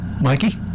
Mikey